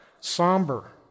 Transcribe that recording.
somber